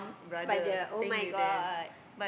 but the [oh]-my-god